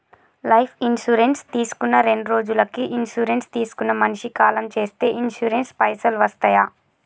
Life insurance తీసుకున్న రెండ్రోజులకి insurance తీసుకున్న మనిషి కాలం చేస్తే ఇన్సూరెన్స్ పైసల్ వస్తయా?